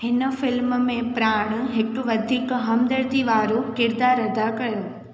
हिन फ़िल्म में प्राण हिकु वधीक हमदर्दी वारो किरदारु अदा कयो